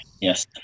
Yes